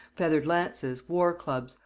feathered lances, war clubs,